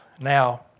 Now